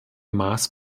maß